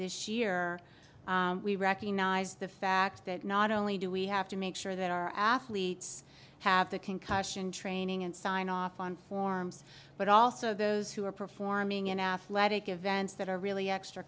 this year we recognize the fact that not only do we have to make sure that our athletes have the concussion training and sign off on forms but also those who are performing in athletic events that are really extra